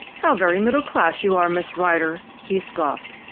how very middle-class you are, miss rider! he scoffed.